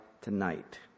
tonight